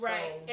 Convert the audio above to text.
Right